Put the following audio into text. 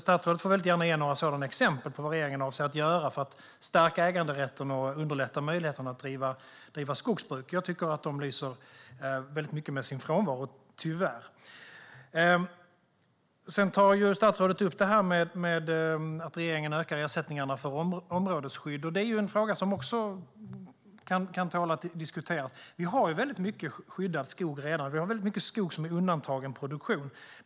Statsrådet får gärna ge några exempel på vad regeringen avser att göra för att stärka äganderätten och underlätta möjligheten att driva skogsbruk. Jag tycker att de lyser med sin frånvaro, tyvärr. Statsrådet tar upp att regeringen ökar ersättningarna för områdesskydd, och det är en fråga som också kan tåla att diskuteras. Vi har väldigt mycket skyddad skog redan; vi har mycket skog som är undantagen produktion.